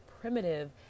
primitive